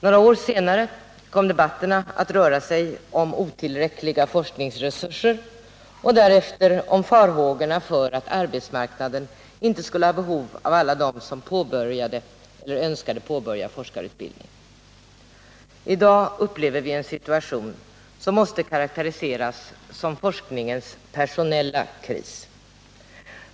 Några år senare kom debatterna att röra sig om otillräckliga forskningsresurser och därefter om farhågorna för att arbetsmarknaden inte skulle ha behov av alla dem som påbörjade eller önskade påbörja forskarutbildning. I dag upplever vi en situation som måste karakteriseras som forskningens personella kris.